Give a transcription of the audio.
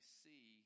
see